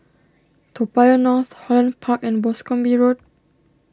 Toa Payoh North Holland Park and Boscombe Road